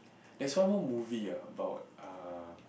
there's one more movie ah about uh